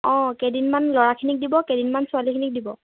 অঁ কেইদিনমান ল'ৰাখিনিক দিব কেইদিনমান ছোৱালীখিনিক দিব